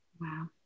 Wow